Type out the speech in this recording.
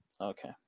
Okay